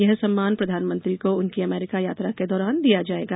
यह सम्मान प्रधानमंत्री को उनकी अमेरिका यात्रा के दौरान दिया जाएगा